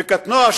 וקטנוע,